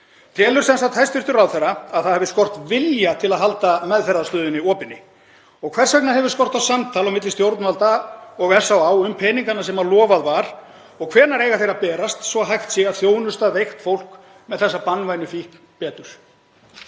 til. Telur sem sagt hæstv. ráðherra að það hafi skort vilja til að halda meðferðarstöðin opinni? Og hvers vegna hefur skort á samtal á milli stjórnvalda og SÁÁ um peningana sem lofað var og hvenær eiga þeir að berast svo að hægt sé að þjónusta veikt fólk með þessa banvænu fíkn betur?